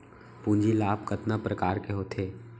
पूंजी लाभ कतना प्रकार के होथे?